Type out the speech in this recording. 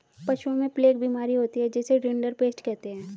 पशुओं में प्लेग बीमारी होती है जिसे रिंडरपेस्ट कहते हैं